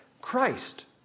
Christ